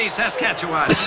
Saskatchewan